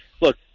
look